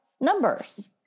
numbers